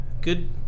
good